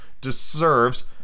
deserves